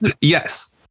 Yes